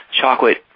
chocolate